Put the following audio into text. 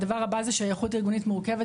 הדבר הבא זה שייכות ארגונית מורכבת.